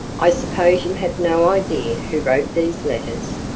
i suppose you have no idea who wrote these letters?